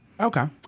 Okay